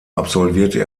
absolvierte